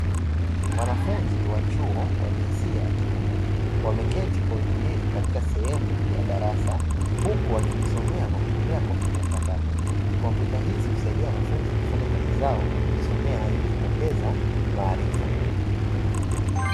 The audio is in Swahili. Wanafunzi wa chuo wa jinsia ya kiume wameketi kwa utulivu katika sehemu ya darasa huku wakijisomea kwa kutumia kompyuta mpakato. Kompyuta hizi husaidia wanafunzi kufanya kazi zao na kujisomea ili kuongeza maarifa.